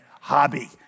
hobby